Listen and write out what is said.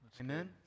Amen